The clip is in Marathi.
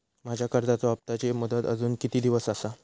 माझ्या कर्जाचा हप्ताची मुदत अजून किती दिवस असा?